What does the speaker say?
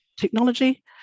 technology